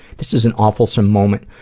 this is an awful-some moment,